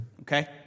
okay